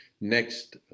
Next